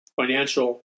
financial